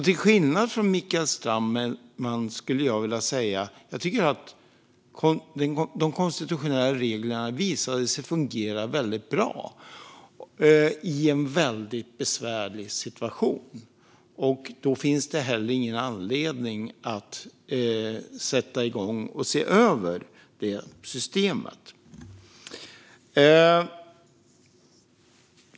Till skillnad från Mikael Strandman tycker jag att de konstitutionella reglerna visade sig fungera väldigt bra i en väldigt besvärlig situation. Därför finns det inte heller någon anledning att sätta igång och se över det systemet.